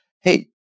hey